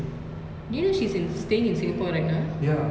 oh I s~ uh I think she posted it on her